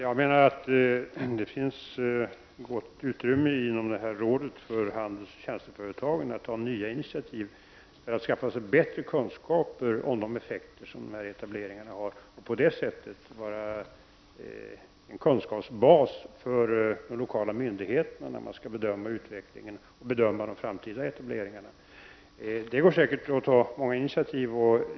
Herr talman! Det finns gott utrymme inom rådet för handelsoch tjänsteföretag att ta nya initiativ för att skaffa sig bättre kunskaper om de effekter som etableringarna har och på det sättet vara en kunskapsbas för de lokala myndigheterna när utvecklingen och de framtida etableringarna skall bedömas. Det går säkert att ta många initiativ.